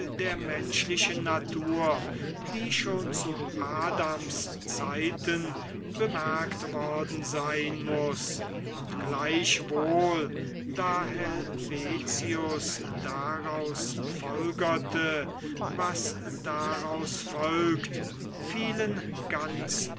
der menschlichen natur die schon zu adams zeiten bemerkt worden sein muß und gleichwohl da helvetius daraus folgerte was daraus folgt vielen ganz